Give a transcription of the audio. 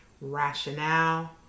rationale